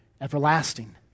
everlasting